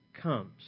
comes